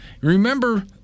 Remember